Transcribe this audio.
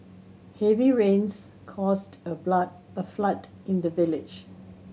heavy rains caused a blood a flood in the village